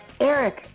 Eric